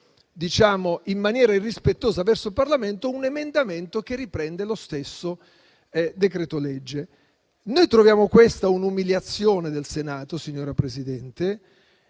anche in maniera irrispettosa verso il Parlamento, un emendamento che riprende lo stesso decreto-legge. Troviamo che ciò sia un'umiliazione per il Senato, signora Presidente,